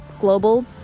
global